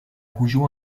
goujon